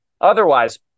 Otherwise